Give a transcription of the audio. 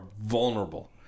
vulnerable